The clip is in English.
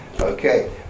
Okay